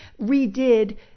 redid